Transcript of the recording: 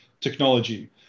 Technology